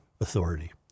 authority